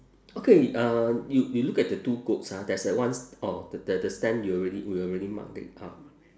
okay uh you you look at the two goats ah there's that one s~ oh the the the stand you already we already marked it out